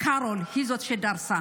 קרול היא זאת שדרסה.